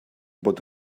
bod